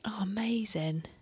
amazing